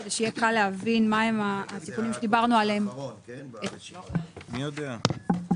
שלעניין עוסק הרשום בתקופת